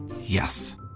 Yes